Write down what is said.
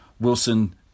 Wilson